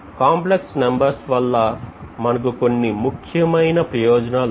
complex numbers వల్ల మనకు కొన్ని ముఖ్యమైన ప్రయోజనాలు ఉన్నాయి